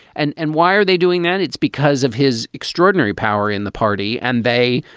and and why are they doing that? it's because of his extraordinary power in the party. and they,